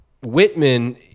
Whitman